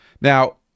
now